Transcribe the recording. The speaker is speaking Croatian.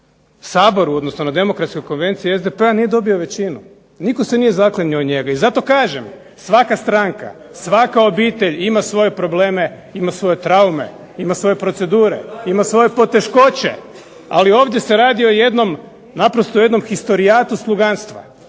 saboru, odnosno na demokratskoj konvenciji SDP-a nije dobio većinu. Nitko se nije zaklinjao u njega. I zato kažem, svaka stranka, svaka obitelj ima svoje probleme, ima svoje traume, ima svoje procedure, ima svoje poteškoće, ali ovdje se radi o jednom naprosto jednom historijatu sluganstva,